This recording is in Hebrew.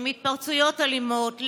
עם התפרצויות אלימות,